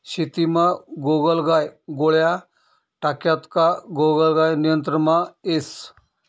शेतीमा गोगलगाय गोळ्या टाक्यात का गोगलगाय नियंत्रणमा येस